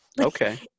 Okay